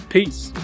Peace